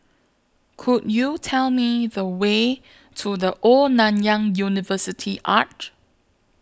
Could YOU Tell Me The Way to The Old Nanyang University Arch